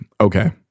okay